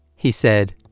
he said,